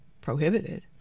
prohibited